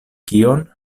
kion